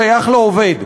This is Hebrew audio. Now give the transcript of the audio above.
שייך לעובד,